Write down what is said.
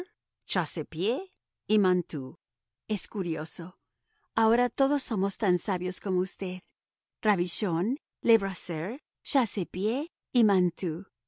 chassepie y mantoux es curioso ahora todos somos tan sabios como usted rabichon lebrasseur chassepie y